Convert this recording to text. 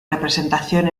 representación